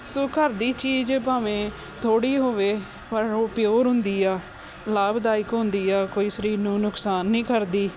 ਸੋ ਘਰ ਦੀ ਚੀਜ਼ ਭਾਵੇਂ ਥੋੜ੍ਹੀ ਹੋਵੇ ਪਰ ਉਹ ਪਿਓਰ ਹੁੰਦੀ ਆ ਲਾਭਦਾਇਕ ਹੁੰਦੀ ਆ ਕੋਈ ਸਰੀਰ ਨੂੰ ਨੁਕਸਾਨ ਨਹੀਂ ਕਰਦੀ